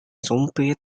sumpit